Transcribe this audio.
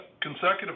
consecutive